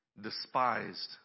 despised